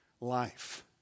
life